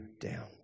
down